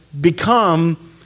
become